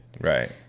Right